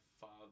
father